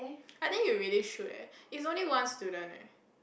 I think you really should eh is only one student eh